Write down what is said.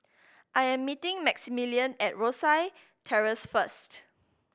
I am meeting Maximillian at Rosyth Terrace first